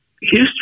history